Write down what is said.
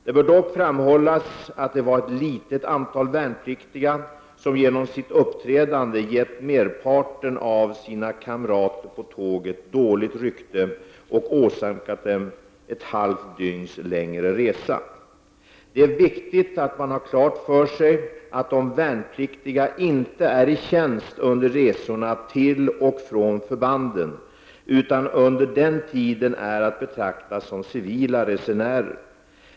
Det bör dock framhållas att det varit ett litet antal värnpliktiga som genom sitt uppträdande gett merparten av sina kamrater på tåget dåligt rykte och åsamkat dem ett halvt dygns längre resa. Det är viktigt att man har klart för sig att de värnpliktiga inte är i tjänst under resorna till och från förbanden utan under den tiden är att betrakta som civila resenärer.